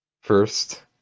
first